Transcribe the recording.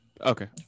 okay